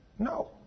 No